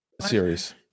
series